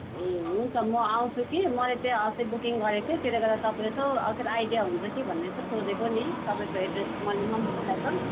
ए हुन्छ म आउँछु कि मैले त्यहाँ अस्ति बुकिङ गरेको थिएँ त्यसले गर्दा तपाईँलाई यसो आइडिया हुन्छ कि भन्ने यसो सोधेको नि तपाईँको एड्रेस